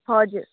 हजुर